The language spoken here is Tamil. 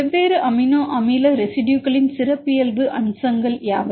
வெவ்வேறு அமினோ அமில ரெசிடுயுகளின் சிறப்பியல்பு அம்சங்கள் யாவை